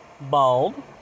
bald